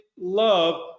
love